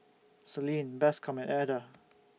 Celine Bascom Eda